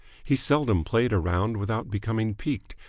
he seldom played a round without becoming piqued,